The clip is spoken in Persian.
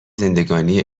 زندگانی